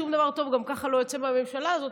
שום דבר טוב גם ככה לא יצא מהממשלה הזאת,